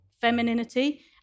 femininity